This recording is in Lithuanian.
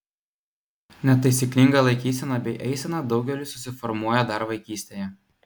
netaisyklinga laikysena bei eisena daugeliui susiformuoja dar vaikystėje